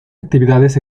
actividades